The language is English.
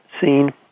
seen